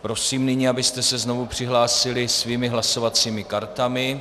Prosím nyní, abyste se znovu přihlásili svými hlasovacími kartami.